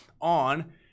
on